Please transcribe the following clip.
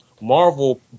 Marvel